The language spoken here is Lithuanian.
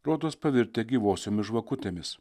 rodos pavirtę gyvosiomis žvakutėmis